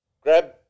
grab